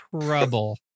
trouble